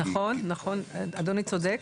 נכון, אדוני צודק.